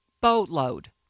boatload